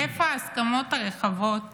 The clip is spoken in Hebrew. איפה ההסכמות הרחבות